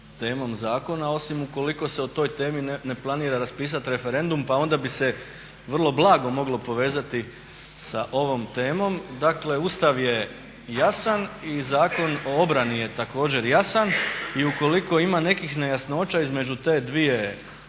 temom zakona osim ukoliko se o toj temi ne planira raspisati referendum pa onda bi se vrlo blago moglo povezati sa ovom temom. Dakle Ustav je jasan i Zakon o obrani je također jasan i u koliko ima nekih nejasnoća između ta dva